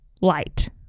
light